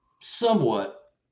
somewhat